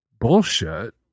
bullshit